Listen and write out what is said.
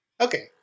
Okay